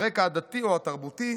הרקע הדתי או התרבותי,